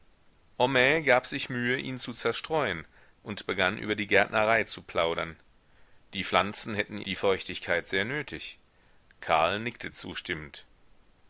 homais gab sich mühe ihn zu zerstreuen und begann über die gärtnerei zu plaudern die pflanzen hätten die feuchtigkeit sehr nötig karl nickte zustimmend